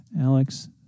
Alex